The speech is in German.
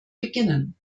beginnen